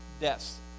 deaths